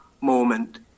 moment